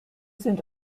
sind